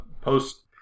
post